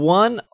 one